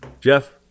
Jeff